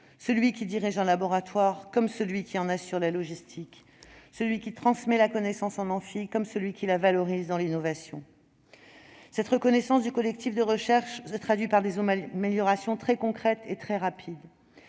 celui qui dirige un laboratoire comme celui qui en assure la logistique, celui qui transmet la connaissance en amphi comme celui qui la valorise dans l'innovation. La reconnaissance du collectif de recherche se traduit par des améliorations très concrètes et très rapides